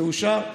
זה אושר.